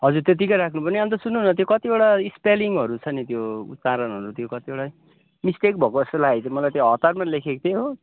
हजुर त्यतिकै राख्नु पनि अन्त सुन्नु न त्यो कतिवटा स्पेलिङहरू छ नि त्यो उच्चारणहरू त्यो कतिवटा मिस्टेक भएको जस्तो लागेको थियो मलाई त्यो हतारमा लेखेको थिएँ हो